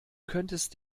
könntest